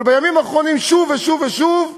אבל בימים האחרונים שוב ושוב ושוב,